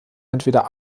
entweder